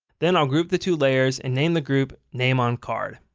then i'll group the two layers and name the group name on card.